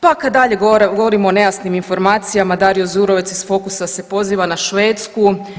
Pa kad dalje govorimo o nejasnim informacijama Dario Zurovec iz Fokusa se poziva na Švedsku.